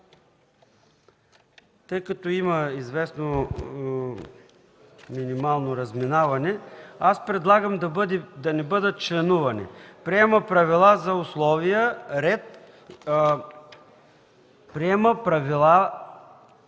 Тъй като има известно минимално разминаване, предлагам да не бъдат членувани: „Приема правила, условия и ред за провеждане